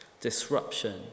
disruption